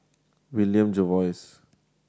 William Jervois